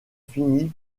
fini